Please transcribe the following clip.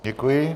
Děkuji.